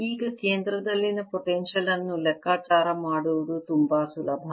ಈಗ ಕೇಂದ್ರದಲ್ಲಿನ ಪೊಟೆನ್ಶಿಯಲ್ ಅನ್ನು ಲೆಕ್ಕಾಚಾರ ಮಾಡುವುದು ತುಂಬಾ ಸುಲಭ